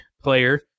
player